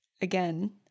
Again